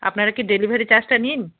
আপনারা কি ডেলিভারি চার্জটা নিন